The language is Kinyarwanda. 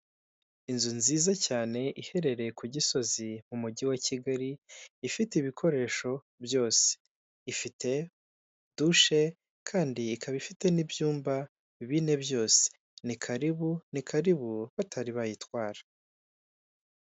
Inzu nziza cyane iherereye ku Gisozi mu mujyi wa Kigali, ifite ibikoresho byose, ifite dushe kandi ikaba ifite n'ibyumba bine byose, ni karibu ni karibu batarayitwara.